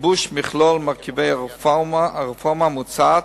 גיבוש מכלול מרכיבי הרפורמה המוצעת